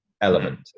element